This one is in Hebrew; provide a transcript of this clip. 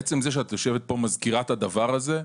עצם זה שאת יושבת פה, מזכירה את הדבר הזה,